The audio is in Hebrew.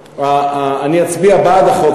אני אצביע בעד החוק,